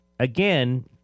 Again